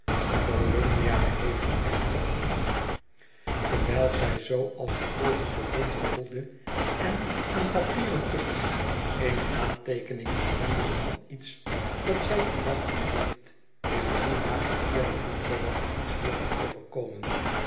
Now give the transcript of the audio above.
volumnia heeft echter terwijl zij zoo mms het verlaten huis als een vogeltje rondhuppelde en aan papieren pikte eene aanteekening gevonden van iets dat zij te wachten heeft indien haar geëerden bloedverwant iets mocht overkomen